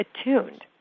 attuned